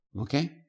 Okay